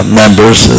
members